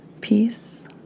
peace